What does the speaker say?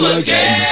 again